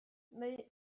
neu